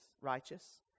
righteous